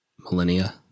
millennia